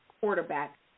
quarterback